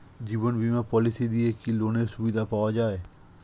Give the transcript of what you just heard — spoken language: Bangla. জীবন বীমা পলিসি দিয়ে কি লোনের সুবিধা পাওয়া যায়?